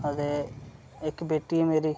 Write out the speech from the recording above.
ते इक बेटी ऐ मेरी